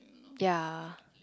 ya